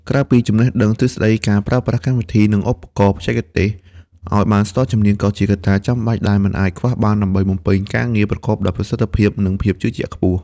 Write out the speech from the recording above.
ក្រៅពីចំណេះដឹងទ្រឹស្ដីការប្រើប្រាស់កម្មវិធី និងឧបករណ៍បច្ចេកទេសឲ្យបានស្ទាត់ជំនាញក៏ជាកត្តាចាំបាច់ដែលមិនអាចខ្វះបានដើម្បីបំពេញការងារប្រកបដោយប្រសិទ្ធភាព និងភាពជឿជាក់ខ្ពស់។